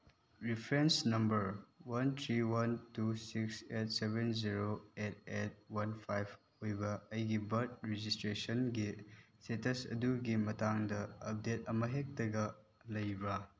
reference number one three one two six eight seven zero eight eight one five ꯑꯣꯏꯕ ꯑꯩꯒꯤ birth ꯔꯦꯖꯤꯁꯇ꯭ꯔꯦꯁꯟꯒꯤ status ꯑꯗꯨꯒꯤ ꯃꯇꯥꯡꯗ update ꯑꯃꯍꯦꯛꯇꯒ ꯂꯩꯕ꯭ꯔꯥ